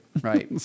Right